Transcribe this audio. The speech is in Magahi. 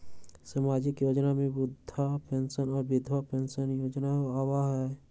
सामाजिक योजना में वृद्धा पेंसन और विधवा पेंसन योजना आबह ई?